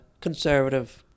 conservative